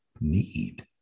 need